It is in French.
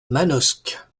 manosque